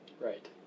Right